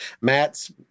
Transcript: Matt's